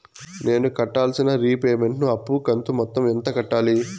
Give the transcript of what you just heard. నేను కట్టాల్సిన రీపేమెంట్ ను అప్పు కంతు మొత్తం ఎంత కట్టాలి?